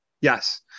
Yes